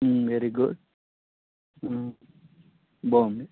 very good బాగుంది